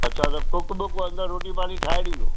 अच्छा त cook book अंदरि रोटी पाणी ठाहे ॾींदो